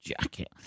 jacket